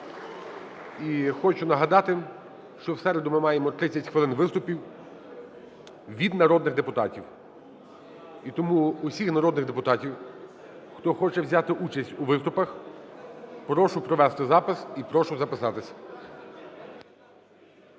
І хочу нагадати, що в середу ми маємо 30 хвилин виступів від народних депутатів. І тому усіх народних депутатів, хто хоче взяти участь у виступах, прошу провести запис і прошу записатись.